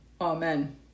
Amen